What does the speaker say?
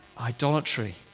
Idolatry